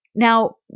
Now